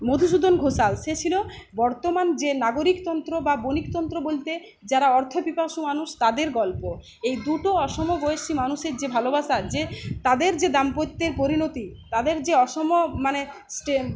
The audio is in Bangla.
মধুসূদন ঘোষাল সে ছিল বর্তমান যে নাগরিক তন্ত্র বা বণিক তন্ত্র বলতে যারা অর্থপিপাসু মানুষ তাদের গল্প এই দুটো অসম বয়সী মানুষের যে ভালোবাসা যে তাদের যে দামপত্যের পরিণতি তাদের যে অসম মানে স্টে